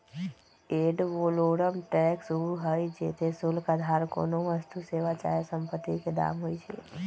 ad valorem tax उ हइ जेते शुल्क अधार कोनो वस्तु, सेवा चाहे सम्पति के दाम होइ छइ